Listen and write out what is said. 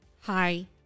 hi